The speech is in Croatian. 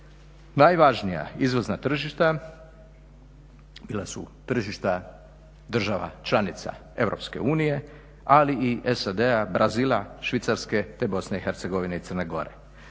Najvažnija izvozna tržišta bila su tržišta država članica Europske unije, ali i SAD-a, Brazila, Švicarske te BiH i Crne Gore.